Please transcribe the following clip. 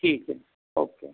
ठीक है ओके